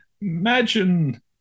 Imagine